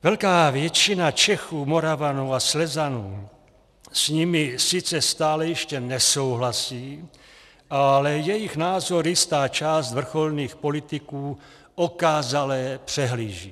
Velká většina Čechů, Moravanů a Slezanů s nimi sice stále ještě nesouhlasí, ale jejich názor jistá část vrcholných politiků okázale přehlíží.